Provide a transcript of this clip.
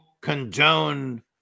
condone